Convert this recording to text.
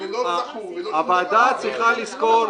הוועדה צריכה לזכור,